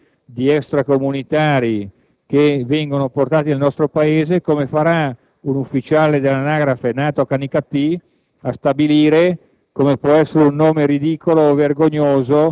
di un bambino o di una bambina? All'ufficiale dell'anagrafe, che lo farà magari in nome di una cultura sua propria, completamente lontana da quella del luogo in cui invece è nato